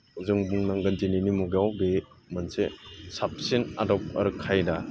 जों बुंनांगोन दिनैनि मुगायाव बे मोनसे साबसिन आदब आरो खायदा